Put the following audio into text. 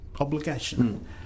obligation